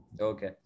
Okay